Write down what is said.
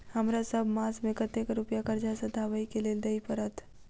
हमरा सब मास मे कतेक रुपया कर्जा सधाबई केँ लेल दइ पड़त?